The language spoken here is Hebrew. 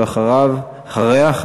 ואחריה,